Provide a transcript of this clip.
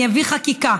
אני אביא חקיקה,